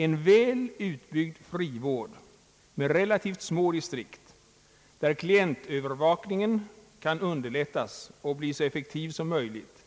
En väl utbyggd frivård med relativt små distrikt, där klientövervakningen kan «underlättas och bli så effektiv som möjligt,